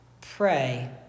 pray